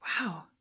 Wow